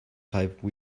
type